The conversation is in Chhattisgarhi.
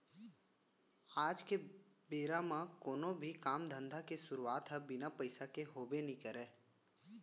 आज के बेरा म कोनो भी काम धंधा के सुरूवात ह बिना पइसा के होबे नइ करय